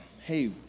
hey